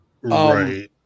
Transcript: Right